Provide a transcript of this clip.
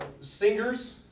Singers